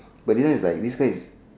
but this one is like this guy is